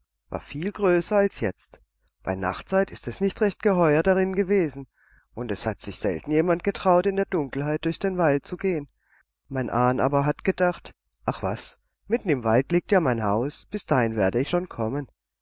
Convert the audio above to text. war viel größer als jetzt bei nachtzeit ist es nicht recht geheuer darin gewesen und es hat sich selten jemand getraut in der dunkelheit durch den wald zu gehen mein ahn aber hat gedacht ach was mitten im wald liegt ja mein haus bis dahin werde ich schon kommen